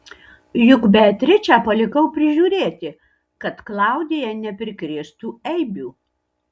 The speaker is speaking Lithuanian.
juk beatričę palikau prižiūrėti kad klaudija neprikrėstų eibių